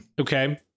Okay